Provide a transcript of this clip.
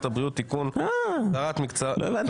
הבריאות (תיקון - הסדרת מקצוע הרנטגנאות והדימות),